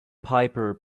piper